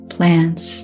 Plants